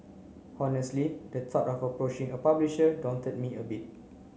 honestly the thought of approaching a publisher daunted me a bit